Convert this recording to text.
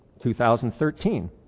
2013